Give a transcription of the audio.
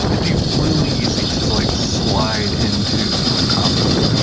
it'd be really easy to like slide into a conflict,